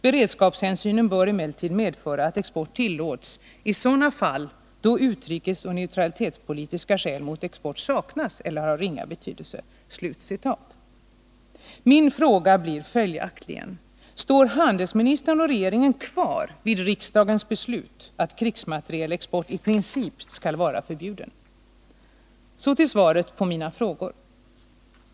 Beredskapshänsynen bör emellertid medföra att export tillåts i sådana fall då utrikesoch neutralitetspolitiska skäl mot export saknas eller har ringa betydelse.” Min fråga blir följaktligen: Står handelsministern och regeringen kvar vid riksdagens beslut att krigsmaterielexport i princip skall vara förbjuden? Så till svaret på mina frågor.